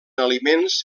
aliments